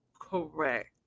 correct